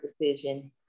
decision